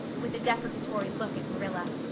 with a deprecatory look at marilla.